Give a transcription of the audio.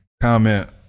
comment